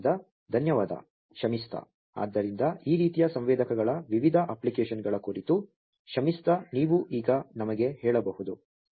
ಆದ್ದರಿಂದ ಧನ್ಯವಾದ ಶಮಿಸ್ತಾ ಆದ್ದರಿಂದ ಈ ರೀತಿಯ ಸಂವೇದಕಗಳ ವಿವಿಧ ಅಪ್ಲಿಕೇಶನ್ಗಳ ಕುರಿತು ಶಮಿಸ್ತಾ ನೀವು ಈಗ ನಮಗೆ ಹೇಳಬಹುದು